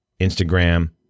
Instagram